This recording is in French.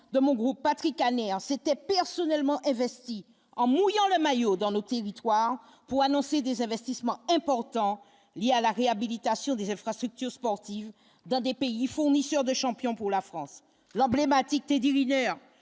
de mon groupe, Patrick Kanner s'était personnellement investi en mouillant le maillot dans l'optique, victoire pour annoncer des investissements. Important lié à la réhabilitation des infrastructures sportives dans des pays fournisseurs de champion, pour la France, l'emblématique Teddy Riner